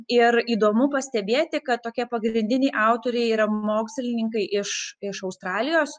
ir įdomu pastebėti kad tokie pagrindiniai autoriai yra mokslininkai iš iš australijos